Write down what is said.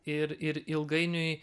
ir ir ilgainiui